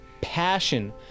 Passion